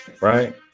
right